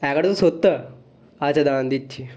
এগারোশো সত্তর আচ্ছা দাঁড়ান দিচ্ছি